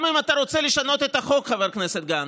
גם אם אתה רוצה לשנות את החוק, חבר הכנסת גנץ,